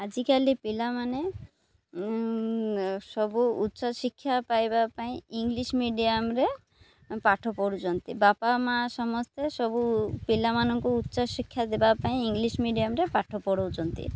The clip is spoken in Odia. ଆଜିକାଲି ପିଲାମାନେ ସବୁ ଉଚ୍ଚ ଶିକ୍ଷା ପାଇବା ପାଇଁ ଇଂଲିଶ୍ ମିଡ଼ିୟମ୍ରେ ପାଠ ପଢ଼ୁଛନ୍ତି ବାପା ମାଆ ସମସ୍ତେ ସବୁ ପିଲାମାନଙ୍କୁ ଉଚ୍ଚ ଶିକ୍ଷା ଦେବା ପାଇଁ ଇଂଲିଶ୍ ମିଡ଼ିୟମ୍ରେ ପାଠ ପଢ଼ଉଛନ୍ତି